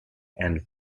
and